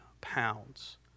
pounds